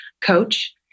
coach